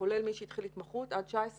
למי שהתחיל התמחות עד 2019 כולל.